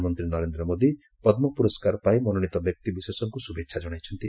ପ୍ରଧାନମନ୍ତ୍ରୀ ନରେନ୍ଦ୍ର ମୋଦି ପଦ୍କ ପୁରସ୍କାର ପାଇଁ ମନୋନୀତ ବ୍ୟକ୍ତିବିଶେଷଙ୍କୁ ଶୁଭେଚ୍ଛା ଜଣାଇଛନ୍ତି